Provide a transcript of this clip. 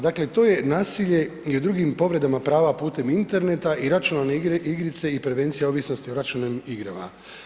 Dakle to je naselje i o drugim povredama prava putem interneta i računalne igre, igrice i prevencija ovisnosti o računalnim igrama.